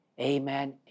amen